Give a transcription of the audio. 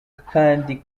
kandi